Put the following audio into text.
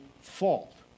fault